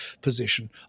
position